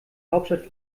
hauptstadt